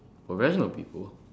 professional people